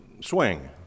swing